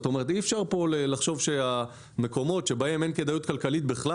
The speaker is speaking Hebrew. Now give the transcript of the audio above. אי אפשר כאן לחשוב שהמקומות בהם אין כדאיות כלכלית בכלל